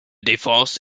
défense